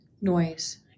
Noise